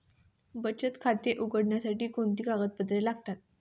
बचत खाते उघडण्यासाठी कोणती कागदपत्रे लागतात?